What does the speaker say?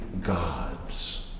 gods